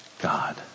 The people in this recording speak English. God